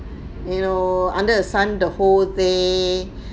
you know under the sun the whole day